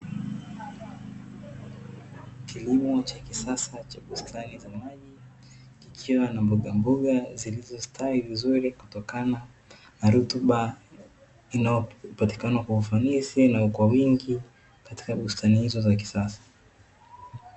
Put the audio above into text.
Kilimo cha kisasa cha bustani za maji, kikiwa na mbogamboga zilizostahili vizuri kutokana na rutuba inayopatikana kwa ufanisi na kwa wingi katika bustani hizo za kisasa.